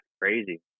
crazy